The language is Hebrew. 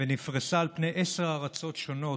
ונפרסה על פני עשר ארצות שונות,